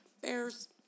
Bears